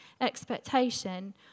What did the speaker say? expectation